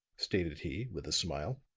stated he, with a smile.